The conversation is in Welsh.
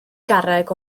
garreg